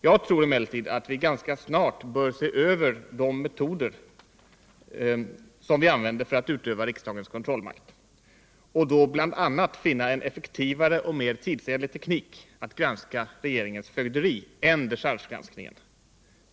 Jag tror emellertid att vi ganska snart bör se över de metoder som vi använder för att utöva riksdagens kontrollmakt och då bl.a. söka finna en effektivare och mer tidsenlig teknik att granska regeringens fögderi än dechargegranskningen.